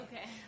Okay